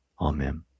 Amen